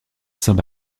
saint